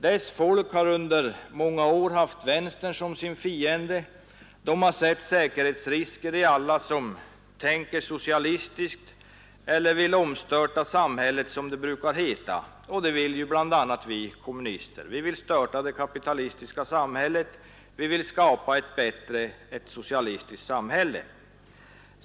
Dess folk har under många år haft vänstern som sin fiende och sett säkerhetsrisker i alla som tänker socialistiskt eller vill omstörta samhället som det brukar heta, och det vill ju bl.a. vi kommunister. Vi vill störta det kapitalistiska samhället och skapa ett bättre, ett socialistiskt samhälle.